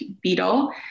beetle